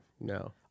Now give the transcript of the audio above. No